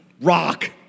Rock